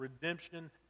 redemption